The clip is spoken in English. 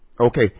Okay